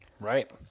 right